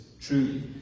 truly